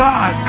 God